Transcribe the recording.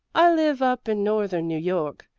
i live up in northern new york,